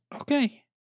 Okay